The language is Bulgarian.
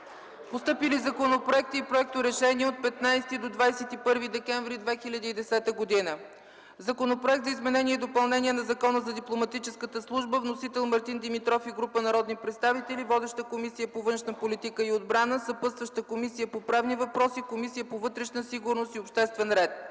Постъпили законопроекти и проекторешения от 15 до 21 декември 2010 г.: Законопроект за изменение и допълнение на Закона за дипломатическата служба. Вносител – Мартин Димитров и група народни представители. Водеща е Комисията по външна политика и отбрана, съпътстващи са Комисията по правни въпроси и Комисията по вътрешна сигурност и обществен ред.